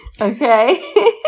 Okay